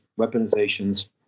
weaponizations